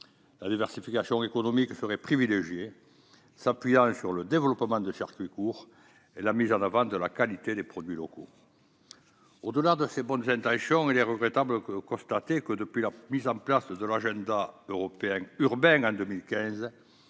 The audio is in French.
La diversification économique serait privilégiée, en s'appuyant sur le développement de circuits courts et sur la mise en avant de la qualité des produits locaux. Au-delà de ces bonnes intentions, il est regrettable de constater que, depuis la mise en place de l'agenda européen urbain en 2015,